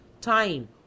Time